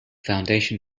foundation